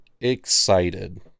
excited